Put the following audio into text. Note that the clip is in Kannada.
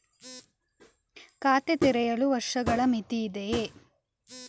ಖಾತೆ ತೆರೆಯಲು ವರ್ಷಗಳ ಮಿತಿ ಇದೆಯೇ?